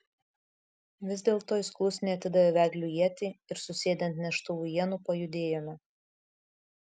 vis dėlto jis klusniai atidavė vedliui ietį ir susėdę ant neštuvų ienų pajudėjome